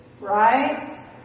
Right